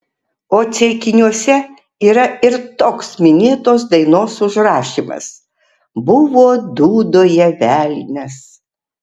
o ceikiniuose yra ir toks minėtos dainos užrašymas buvo dūdoje velnias